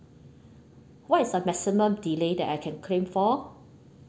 what is the maximum delay that I can claim for